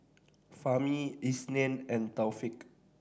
Fahmi Isnin and Taufik